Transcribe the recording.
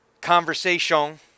conversation